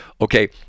Okay